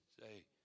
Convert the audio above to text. Say